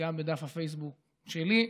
וגם בדף הפייסבוק שלי,